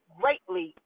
greatly